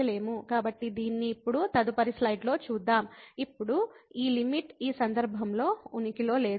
కాబట్టి దీన్ని ఇప్పుడు తదుపరి స్లైడ్లో చూద్దాం ఇప్పుడు ఆ లిమిట్ ఈ సందర్భంలో ఉనికిలో లేదు